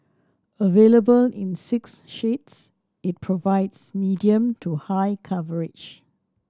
available in six shades it provides medium to high coverage